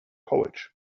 college